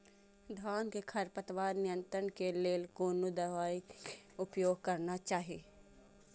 धान में खरपतवार नियंत्रण के लेल कोनो दवाई के उपयोग करना चाही?